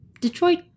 Detroit